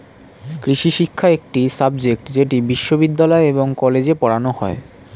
কৃষিশিক্ষা একটি সাবজেক্ট যেটি বিশ্ববিদ্যালয় এবং কলেজে পড়ানো হয়